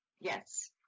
yes